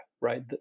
right